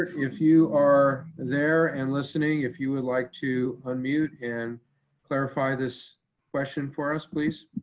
if you are there and listening, if you would like to unmute and clarify this question for us please?